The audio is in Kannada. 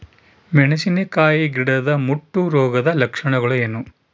ಮೆಣಸಿನಕಾಯಿ ಗಿಡದ ಮುಟ್ಟು ರೋಗದ ಲಕ್ಷಣಗಳೇನು?